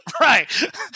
Right